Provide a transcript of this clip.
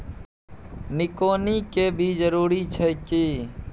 निकौनी के भी जरूरी छै की?